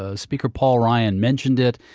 ah speaker paul ryan mentioned it,